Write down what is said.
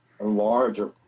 larger